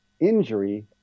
injury